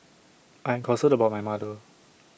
I'm concerned about my mother